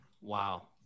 Wow